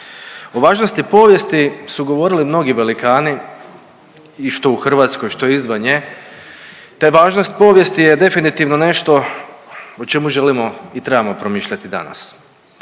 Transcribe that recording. O važnosti povijesti su govorili mnogi velikani i što u Hrvatskoj i što izvan nje, te važnost povijesti je definitivno nešto o čemu želimo i trebamo promišljati danas.